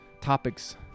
topics